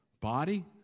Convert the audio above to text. body